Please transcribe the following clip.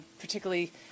particularly